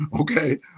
okay